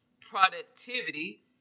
productivity